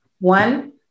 one